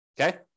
Okay